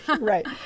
right